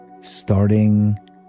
starting